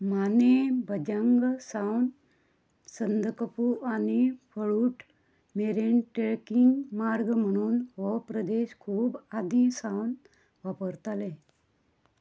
माने भजंग सावन संदकपू आनी फळूट मेरेन ट्रॅकींग मार्ग म्हणून हो प्रदेश खूब आदीं सावन वापरताले